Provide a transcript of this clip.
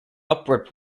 upward